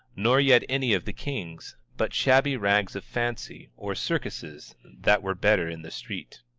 nor yet any of the kings, but shabby rags of fancy, or circuses that were better in the street.